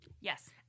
Yes